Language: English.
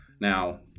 now